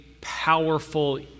powerful